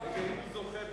אם הוא זוכה,